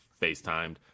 facetimed